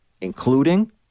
including